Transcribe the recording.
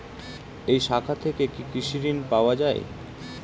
এই শাখা থেকে কি কৃষি ঋণ পাওয়া যায়?